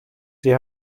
sie